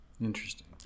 Interesting